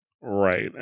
Right